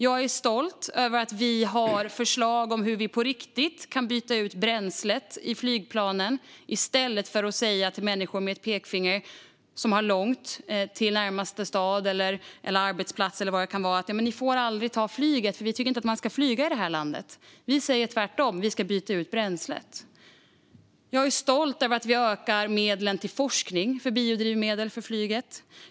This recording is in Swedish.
Jag är stolt över att vi har förslag om hur vi på riktigt ska kunna byta ut bränslet i flygplanen i stället för att komma med pekpinnar till människor som har lång väg till närmaste stad eller arbetsplats och säga att de inte borde ta flyget eftersom vi inte tycker att man ska flyga i det här landet. Vi säger tvärtom att vi ska byta ut bränslet. Jag är stolt över att vi ökar medlen till forskning om biodrivmedel för flyget.